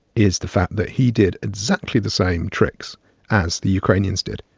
is the fact that he did exactly the same tricks as the ukrainians did.